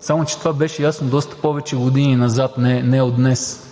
Само че това беше ясно доста повече години назад, не е от днес.